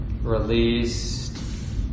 released